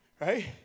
Right